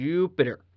Jupiter